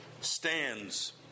stands